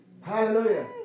Hallelujah